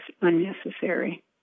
unnecessary